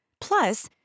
Plus